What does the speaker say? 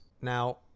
now